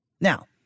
Now